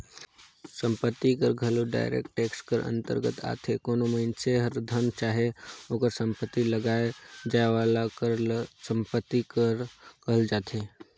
संपत्ति कर घलो डायरेक्ट टेक्स कर अंतरगत आथे कोनो मइनसे कर धन चाहे ओकर सम्पति में लगाए जाए वाला कर ल सम्पति कर कहल जाथे